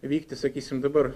vykti sakysim dabar